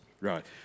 Right